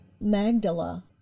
Magdala